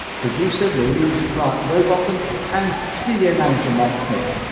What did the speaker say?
producer louise clarke-rowbotham and studio manager mike smith.